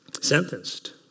sentenced